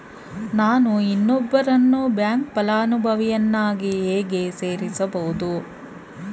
ನಾನು ಇನ್ನೊಬ್ಬರನ್ನು ಬ್ಯಾಂಕ್ ಫಲಾನುಭವಿಯನ್ನಾಗಿ ಹೇಗೆ ಸೇರಿಸಬಹುದು?